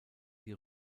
die